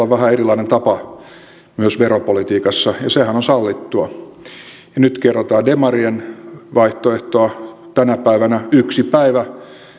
on vähän erilainen tapa myös veropolitiikassa ja sehän on sallittua nyt kerrotaan demarien vaihtoehtoa tänä päivänä yksi päivä